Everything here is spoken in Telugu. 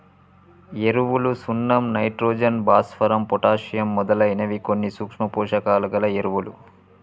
ఎరువులు సున్నం నైట్రోజన్, భాస్వరం, పొటాషియమ్ మొదలైనవి కొన్ని సూక్ష్మ పోషకాలు గల ఎరువులు